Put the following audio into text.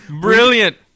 Brilliant